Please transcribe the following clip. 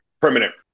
permanent